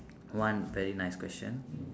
one very nice question